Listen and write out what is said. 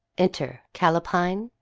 enter callapine,